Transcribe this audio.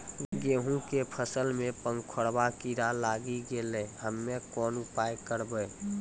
गेहूँ के फसल मे पंखोरवा कीड़ा लागी गैलै हम्मे कोन उपाय करबै?